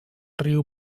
riu